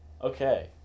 Okay